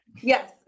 Yes